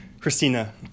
Christina